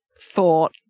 thought